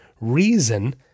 reason